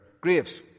graves